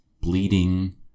bleeding